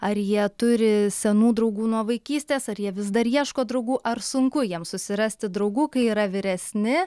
ar jie turi senų draugų nuo vaikystės ar jie vis dar ieško draugų ar sunku jiem susirasti draugų kai yra vyresni